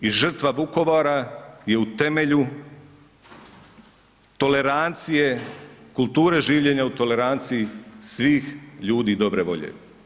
I žrtva Vukovara je u temelju tolerancije kulture življenja u toleranciji svih ljudi dobre volje.